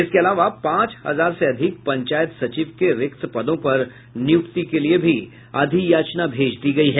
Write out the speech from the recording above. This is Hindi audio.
इसके अलावा पांच हजार से अधिक पंचायत सचिव के रिक्त पदों पर नियुक्ति के लिये भी अधियाचना भेज दी गयी है